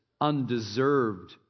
undeserved